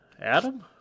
Adam